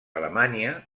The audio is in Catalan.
alemanya